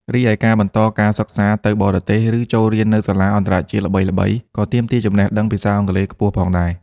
រីឯ ការបន្តការសិក្សាទៅបរទេស ឬចូលរៀននៅសាលាអន្តរជាតិល្បីៗ ក៏ទាមទារចំណេះដឹងភាសាអង់គ្លេសខ្ពស់ផងដែរ។